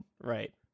Right